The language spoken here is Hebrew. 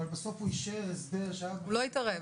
אבל בסוף הוא אישר הסדר באותו זמן --- הוא לא התערב?